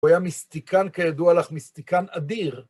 הוא היה מיסטיקן כידוע לך, מיסטיקן אדיר.